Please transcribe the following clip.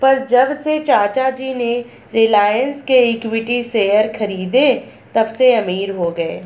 पर जब से चाचा जी ने रिलायंस के इक्विटी शेयर खरीदें तबसे अमीर हो गए